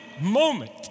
moment